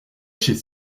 chez